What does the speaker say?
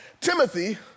Timothy